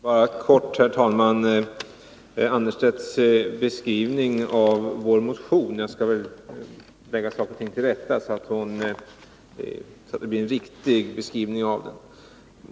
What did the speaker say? Herr talman! Bara kort med anledning av Ylva Annerstedts beskrivning av vår motion. Jag skall lägga saker och ting till rätta, så att det blir en riktig beskrivning.